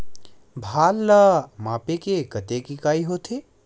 भार ला मापे के कतेक इकाई होथे?